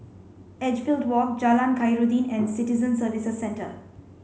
Edgefield Walk Jalan Khairuddin and Citizen Services Centre